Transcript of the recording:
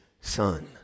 son